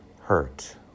hurt